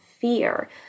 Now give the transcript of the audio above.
fear